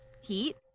heat